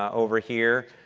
over here,